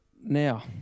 now